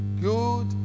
good